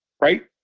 right